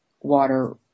water